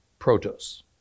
Protos